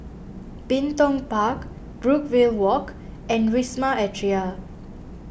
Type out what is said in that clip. Bin Tong Park Brookvale Walk and Wisma Atria